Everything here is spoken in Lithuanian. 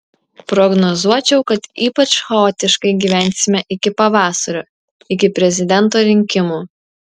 prognozuočiau kad ypač chaotiškai gyvensime iki pavasario iki prezidento rinkimų